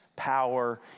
power